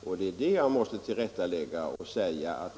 På den punkten har jag gjort ett tillrättaläggande.